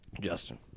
Justin